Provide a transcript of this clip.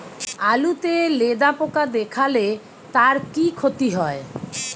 আলুতে লেদা পোকা দেখালে তার কি ক্ষতি হয়?